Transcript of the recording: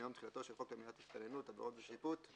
במקום "שנה מיום תחילתו של חוק למניעת הסתננות (עבירות ושיפוט),